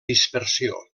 dispersió